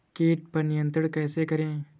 कीट पर नियंत्रण कैसे करें?